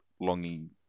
longing